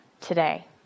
today